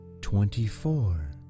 twenty-four